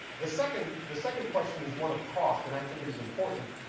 the second the second question is one of cost, and i think it is important,